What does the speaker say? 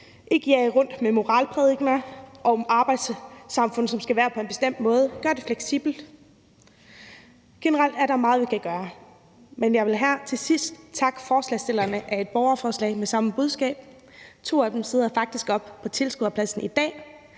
ikke jage rundt med moralprædikener om et arbejdssamfund, der skal være på en bestemt måde. Vi skal gøre det fleksibelt. Generelt er der meget, vi kan gøre. Jeg vil her til sidst takke forslagsstillerne af et borgerforslag med samme budskab. To af dem sidder faktisk oppe på tilskuerpladserne i dag.